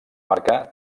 marcar